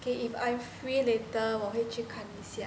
okay if I'm free later 我会去看一下